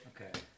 okay